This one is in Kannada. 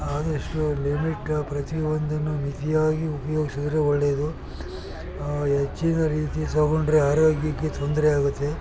ಆದಷ್ಟು ಲಿಮಿಟ್ ಪ್ರತಿಯೊಂದನ್ನು ಮಿತಿಯಾಗಿ ಉಪಯೋಗ್ಸಿದ್ರೆ ಒಳ್ಳೆಯದು ಹೆಚ್ಚಿನ ರೀತಿ ತಗೊಂಡರೆ ಆರೋಗ್ಯಕ್ಕೆ ತೊಂದರೆ ಆಗುತ್ತೆ